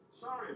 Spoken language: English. Sorry